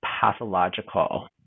pathological